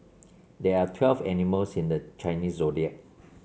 there are twelve animals in the Chinese Zodiac